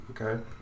Okay